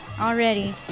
Already